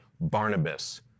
Barnabas